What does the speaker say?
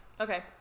Okay